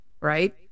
right